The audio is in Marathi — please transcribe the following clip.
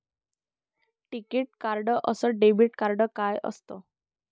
टिकीत कार्ड अस डेबिट कार्ड काय असत?